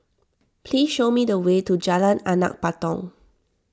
please show me the way to Jalan Anak Patong